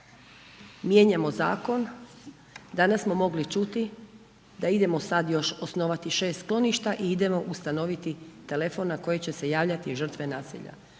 mijenjamo zakon, danas smo mogli čuti da idemo sad još osnovati 6 skloništa i idemo ustanoviti telefon na koji će se javljati žrtve nasilja,